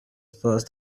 first